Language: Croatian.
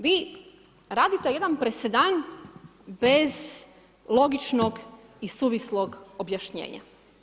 Vi radite jedan presedan bez logičnog i suvislog objašnjenja.